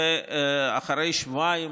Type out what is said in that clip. לאחר שבועיים,